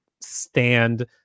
stand